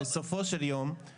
בסופו של יום יש ארבע קופות חולים.